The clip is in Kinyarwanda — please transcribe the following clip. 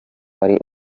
wari